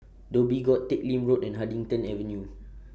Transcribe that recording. Dhoby Ghaut Teck Lim Road and Huddington Avenue